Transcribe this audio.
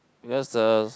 because uh